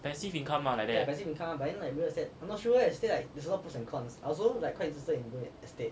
passive income ah like that